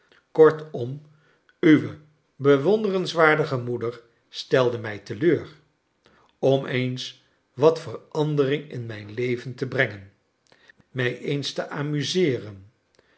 kortom uwe bewonderenswaardige moeder stelde mij te leur om eens wat verandering in mijn leven te brengen mij eens te amuseeren